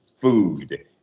food